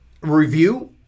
review